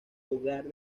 hogar